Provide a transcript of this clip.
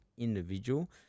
individual